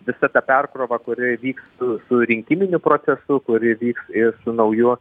visa ta perkrova kuri vyks su rinkiminiu procesu kuri vyks ir su nauju